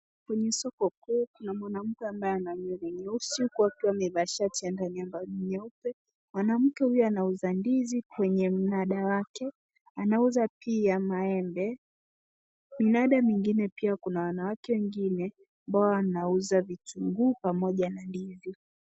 Kwenye soko kuu kuna mwanamke ambaye ana nywele nyeusi huku akiwa amevaa shati ya ndani ambayo ni nyeupe. Mwanamke huyu anauza ndizi kwenye mnada wake, anauza pia maembe. Minada mingine pia kuna wanawake wengine ambao wanauza vitunguu pamoja na ndizi.